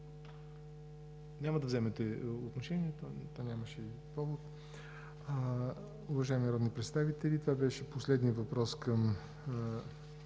Няма да вземете отношение.